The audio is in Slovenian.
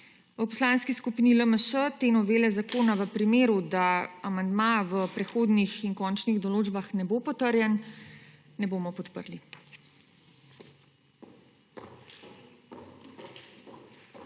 V Poslanski skupini LMŠ te novele zakona v primeru, da amandma v prehodnih in končnih določbah ne bo potrjen, ne bomo podprli.